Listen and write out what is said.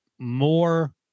more